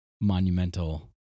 monumental